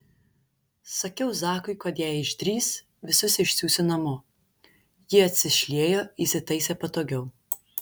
sakiau zakui kad jei išdrįs visus išsiųsiu namo ji atsišliejo įsitaisė patogiau